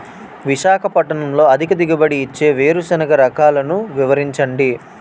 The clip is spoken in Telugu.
విశాఖపట్నంలో అధిక దిగుబడి ఇచ్చే వేరుసెనగ రకాలు వివరించండి?